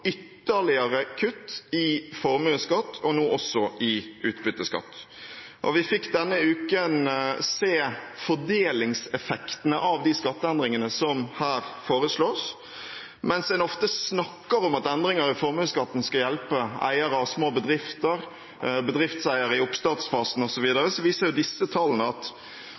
ytterligere kutt i formuesskatt og nå også i utbytteskatt. Denne uken fikk vi se fordelingseffektene av de skatteendringene som her foreslås. Mens en ofte snakker om at endringer i formuesskatten skal hjelpe eiere av små bedrifter, bedriftseiere i oppstartsfasen, osv., viser disse tallene at